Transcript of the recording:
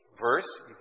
verse